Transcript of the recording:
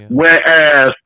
whereas